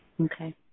Okay